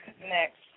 next